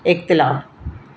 इख़्तिलाफ़ु